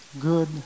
good